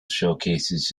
showcases